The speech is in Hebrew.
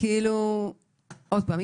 עוד פעם,